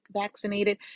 vaccinated